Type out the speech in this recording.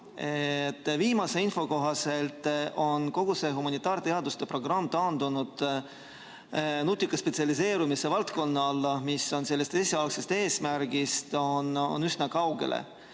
Viimase info kohaselt on aga kogu humanitaarteaduste programm taandunud nutika spetsialiseerumise valdkonna alla, mis on esialgsest eesmärgist üsna kaugel.